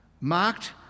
marked